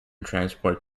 transport